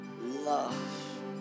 love